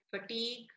fatigue